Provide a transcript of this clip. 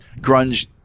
grunge